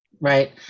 Right